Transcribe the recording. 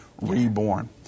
reborn